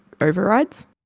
Overrides